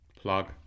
Plug